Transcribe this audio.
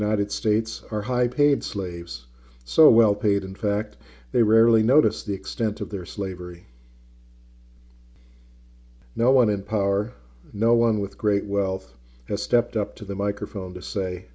united states are high paid slaves so well paid in fact they rarely notice the extent of their slavery no one in power no one with great wealth has stepped up to the microphone to say